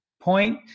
point